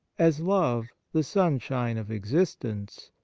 as love, the sunshine of existence,